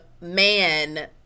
man